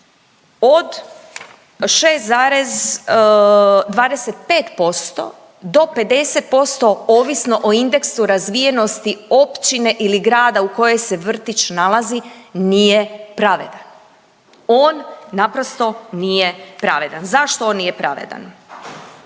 od 6,25% do 50% ovisno o indeksu razvijenosti općine ili grada u kojoj se vrtić nalazi, nije pravedan. On naprosto nije pravedan. Zašto on nije pravedan?